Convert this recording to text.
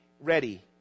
ready